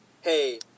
hey